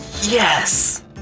yes